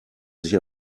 sich